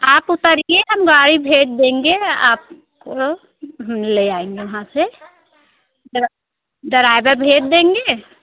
आप उतरिए हम गाड़ी भेज देंगे आपको हम ले आएँगे वहाँ से ड्राइवर भेज देंगे